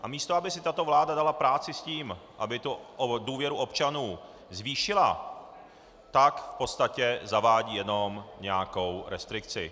Místo aby si tato vláda dala práci s tím, aby důvěru občanů zvýšila, tak v podstatě zavádí jenom nějakou restrikci.